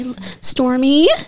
stormy